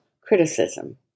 criticism